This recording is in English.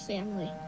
Family